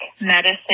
medicine